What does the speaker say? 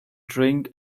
drink